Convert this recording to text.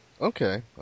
Okay